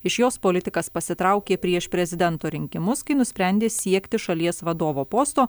iš jos politikas pasitraukė prieš prezidento rinkimus kai nusprendė siekti šalies vadovo posto